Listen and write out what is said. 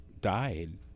died